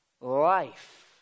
life